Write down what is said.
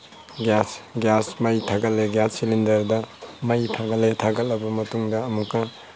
gas gas ꯃꯩ ꯊꯥꯒꯠꯂꯤ gas ꯁꯤꯂꯤꯟꯗꯔꯗ ꯃꯩ ꯊꯥꯒꯠꯂꯤ ꯊꯥꯒꯠꯂꯕ ꯃꯇꯨꯡꯗ ꯑꯃꯨꯛꯀ